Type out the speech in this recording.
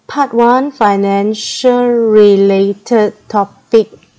part one financial related topic